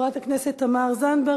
הצעות מס' 2525,